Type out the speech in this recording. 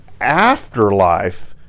afterlife